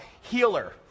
Healer